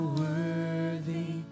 worthy